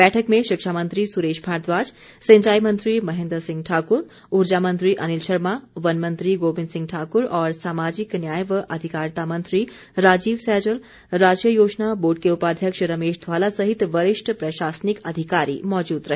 बैठक में शिक्षामंत्री सुरेश भारद्वाज सिंचाई मंत्री महेन्द्र सिंह ठाक्र उर्जा मंत्री अनिल शर्मा वनमंत्री गोबिंद सिंह ठाक्र और सामाजिक न्याय व अधिकारिता मंत्री राजीव सैजल राज्य योजना बोर्ड के उपाध्यक्ष रमेश ध्वाला सहित वरिष्ठ प्रशासनिक अधिकारी मौजूद रहे